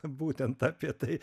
būtent apie tai